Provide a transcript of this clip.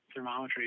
thermometry